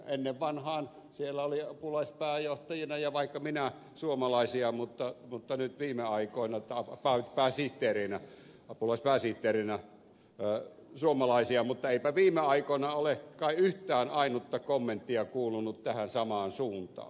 ennen vanhaan siellä oli apulaispääsihteereinä ja vaikka minä suomalaisia mutta mutta nyt viime aikoina tappaa tai sihteerinä apulaispääsihteerinä ja suomalaisia mutta eipä viime aikoina ole kai yhtään ainutta kommenttia kuulunut tähän samaan suuntaan